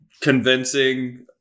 convincing